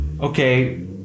okay